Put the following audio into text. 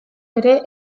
ere